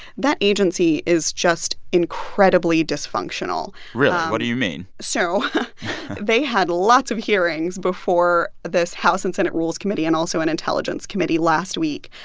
that agency is just incredibly dysfunctional really? what do you mean? so they had lots of hearings before this house and senate rules committee and also an intelligence committee last week.